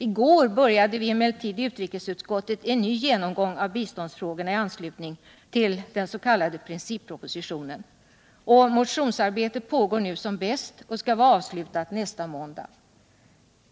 I går började vi emellertid i utrikesutskottet en ny genomgång av biståndsfrågorna i anslutning till den s.k. princippropositionen. Motionsarbetet pågår nu som bäst och skall vara avslutat nästa måndag.